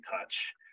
touch